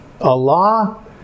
Allah